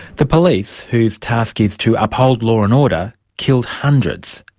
the police, whose task is to uphold law and order, killed hundreds,